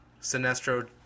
Sinestro